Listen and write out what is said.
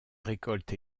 récolte